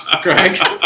Greg